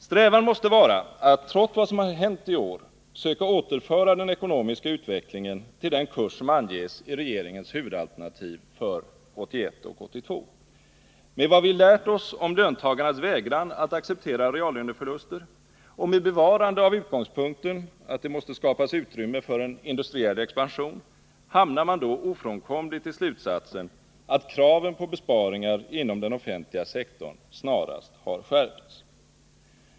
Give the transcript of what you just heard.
Strävan måste vara att — trots vad som har hänt i år — söka återföra den ekonomiska utvecklingen till den kurs som anges i regeringens huvudalternativ för 1981 och 1982. Med vad vi lärt oss om löntagarnas vägran att acceptera reallöneförluster och med bevarande av utgångspunkten att det måste skapas utrymme för en industriell expansion hamnar man då ofrånkomligt i slutsatsen att kraven på besparingar inom den offentliga sektorn snarast har skärpts.